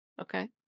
Okay